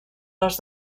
les